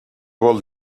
vol